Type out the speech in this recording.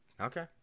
Okay